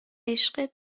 عشق